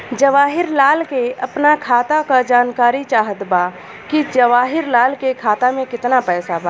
जवाहिर लाल के अपना खाता का जानकारी चाहत बा की जवाहिर लाल के खाता में कितना पैसा बा?